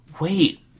wait